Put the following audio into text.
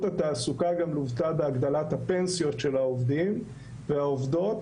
התעסוקה גם לוותה בהגדלת הפנסיות של העובדים והעובדות